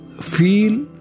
feel